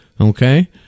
okay